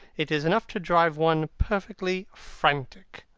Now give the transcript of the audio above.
it is enough to drive one perfectly frantic.